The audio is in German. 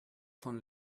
von